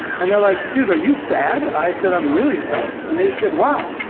and they're like, dude, are you sad? i said, i'm really depressed. and they said, why?